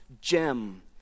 gem